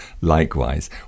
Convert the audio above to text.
likewise